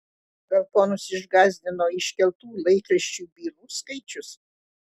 gal ponus išgąsdino iškeltų laikraščiui bylų skaičius